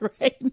right